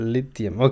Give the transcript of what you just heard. Lithium